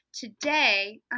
Today